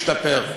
משתפר.